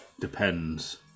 depends